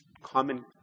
common